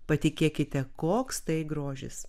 patikėkite koks tai grožis